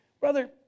Brother